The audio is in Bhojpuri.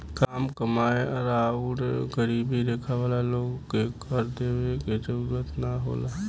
काम कमाएं आउर गरीबी रेखा वाला लोग के कर देवे के जरूरत ना होला